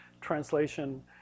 translation